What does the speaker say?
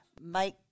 Make